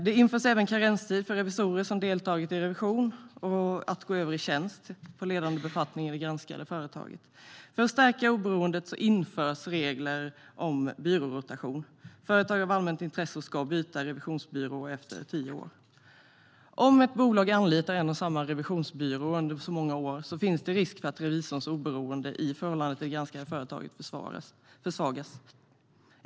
Det införs även en karenstid för revisorer som deltagit i revision att gå över i tjänst på ledande befattning i det granskade företaget. För att stärka oberoendet införs regler om byrårotation. Företag av allmänt intresse ska byta revisionsbyrå efter tio år. Om ett bolag anlitar en och samma revisionsbyrå under så många år finns det risk för att revisorns oberoende i förhållande till det granskade företaget försvagas.